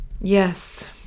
yes